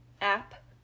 app